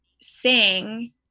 sing